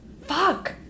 Fuck